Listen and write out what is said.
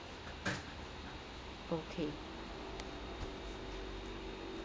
okay